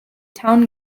town